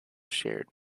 shared